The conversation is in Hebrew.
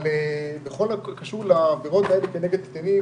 אבל בכל הקשור לעבירות האלה כנגד קטינים